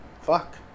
Fuck